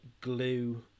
glue